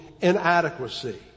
inadequacy